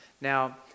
Now